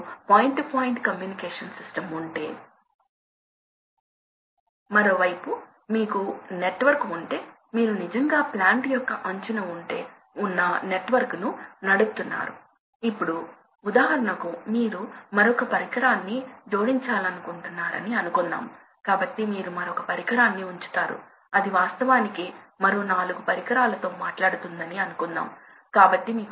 కాబట్టి మీరు ton పెంచడం ద్వారా ton ను మరియు toff ను మార్చడం ద్వారా సగటు ప్రవాహం మార్చగలరు ఇది బహుశా సరళమైన మార్గం మీకు మోటారు మరియు పవర్ అవసరం మరియు ఫ్యాన్ అవసరం అయితే ఎలాగు ఉంటుంది మోటారును నడపడానికి పరికరాల విషయానికొస్తే మీకు ఏమీ అవసరం లేదు మీరు మోటారును ఒక నిర్దిష్ట ఫ్రీక్వెన్సీ లో ఒక నిర్దిష్ట రేటుతో స్విచ్ ఆన్ చేయాలిస్విచ్ ఆఫ్ చేయాలి దాని కోసం మీకు కొంత పరికరాలు అవసరం కానీ చాలా సులభం